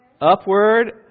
Upward